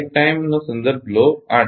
01 per unit megawatt per hertz